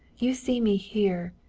you see me here,